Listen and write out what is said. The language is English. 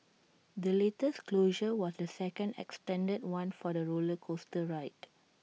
the latest closure was the second extended one for the roller coaster ride